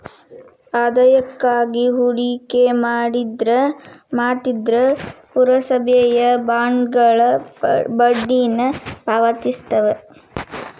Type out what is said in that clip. ಆದಾಯಕ್ಕಾಗಿ ಹೂಡಿಕೆ ಮಾಡ್ತಿದ್ರ ಪುರಸಭೆಯ ಬಾಂಡ್ಗಳ ಬಡ್ಡಿನ ಪಾವತಿಸ್ತವ